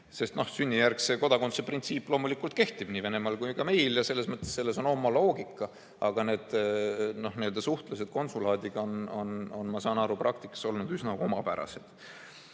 Sünnijärgse kodakondsuse printsiip loomulikult kehtib nii Venemaal kui ka meil ja selles on oma loogika. Aga suhtlus konsulaadiga on, ma saan aru, praktikas olnud üsna omapärane.